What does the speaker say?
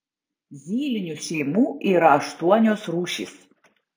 zylinių šeimų yra aštuonios rūšys